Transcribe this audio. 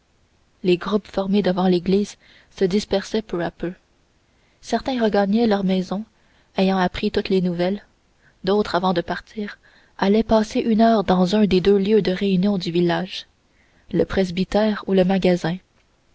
les groupes formés devant l'église se dispersaient peu à peu certains regagnaient leurs maisons ayant appris toutes les nouvelles d'autres avant de partir allaient passer une heure dans un des deux lieux de réunion du village le presbytère ou le magasin